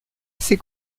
ces